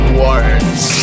words